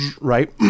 right